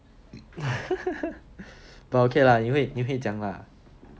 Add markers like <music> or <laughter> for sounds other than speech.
<laughs> but okay lah 你会你会讲吗